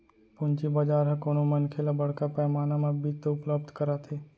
पूंजी बजार ह कोनो मनखे ल बड़का पैमाना म बित्त उपलब्ध कराथे